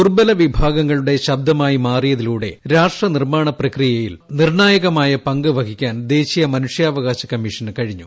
ദുർബല വിഭാഗങ്ങളുടെ ശബ്ദമായി മാറിയതിലൂടെ രാഷ്ട്ര നിർമ്മാണ പ്രക്രിയയിൽ നിർണായകമായ പങ്ക് വഹിക്കാൻ ദേശീയ മനുഷ്യാവകാശ കമ്മീഷന് കഴിഞ്ഞു